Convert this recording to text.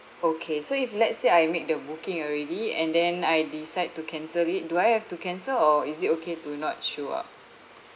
okay so if let's say I make the booking already and then I decide to cancel it do I have to cancel or is it okay to not show up